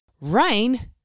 rain